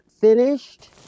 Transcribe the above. finished